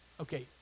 Okay